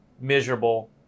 miserable